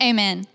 Amen